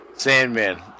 Sandman